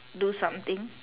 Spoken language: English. do something